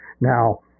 now